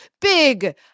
big